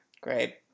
Great